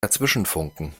dazwischenfunken